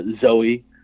Zoe